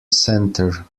centre